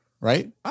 right